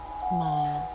smile